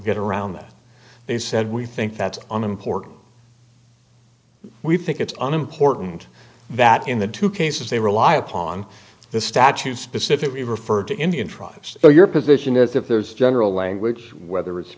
get around that they said we think that's an important we think it's an important that in the two cases they rely upon this statute specifically refer to indian tribes so your position is if there's general language whether it's